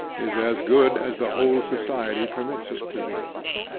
is as good as the whole society permits it to be.